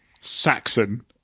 Saxon